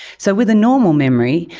so with a normal memory,